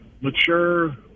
mature